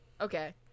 Okay